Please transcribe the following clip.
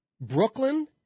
Brooklyn